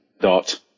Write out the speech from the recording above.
dot